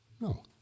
No